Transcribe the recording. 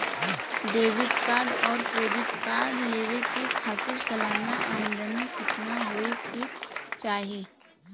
Debit और credit card लेवे के खातिर सलाना आमदनी कितना हो ये के चाही?